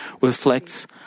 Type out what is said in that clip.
reflects